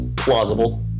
plausible